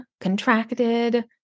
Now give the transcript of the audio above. contracted